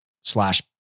slash